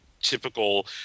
typical